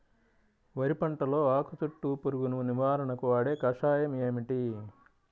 వరి పంటలో ఆకు చుట్టూ పురుగును నివారణకు వాడే కషాయం ఏమిటి?